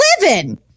living